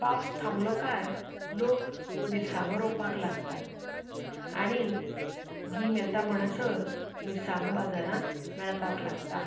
पावस थांबलो काय लोक मिरसांगो रोवपाक लागतात आनी गीम येता म्हणसर मिरसांगो बाजारांत मेळपाक लागता